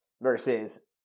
versus